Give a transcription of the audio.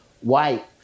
white